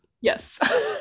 Yes